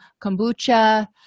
Kombucha